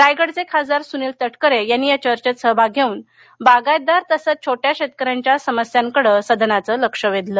रायगडचे खासदार सुनील तटकरे यांनी या चर्चेत सहभाग घेऊन बागायतदार तसंच छोट्या शेतकऱ्यांच्या समस्यांकडे सदनाचं लक्ष वेधलं